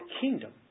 kingdom